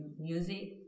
music